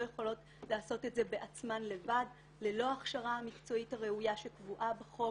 יכולות לעשות את זה בעצמן לבד ללא ההכשרה המקצועית הראויה שקבועה בחוק,